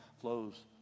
flows